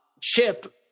Chip